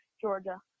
Georgia